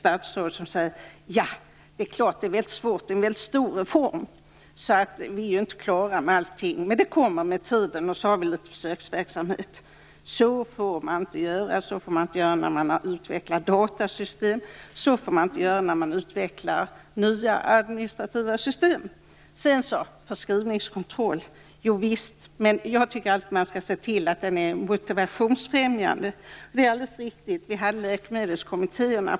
Statsrådet säger: Det här är en väldigt stor reform. Vi är inte klara med allt, men det kommer med tiden. Nu har vi litet försöksverksamhet. Så får man inte göra när man har utvecklat datasystem. Så får man inte göra när man utvecklar nya administrativa system. Sedan vill jag ta upp detta med förskrivningskontrollen. Jag tycker att man skall se till att den är motivationsfrämjande. Det är alldeles riktigt att vi hade läkemedelskommittéerna.